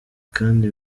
kandi